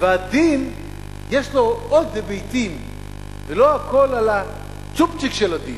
והדין יש לו עוד היבטים ולא הכול על הצ'ופצ'יק של הדין.